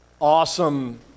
awesome